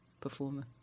performer